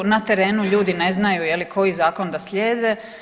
Na terenu ljudi ne znaju koji zakon da slijede.